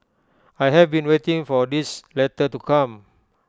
I have been waiting for this letter to come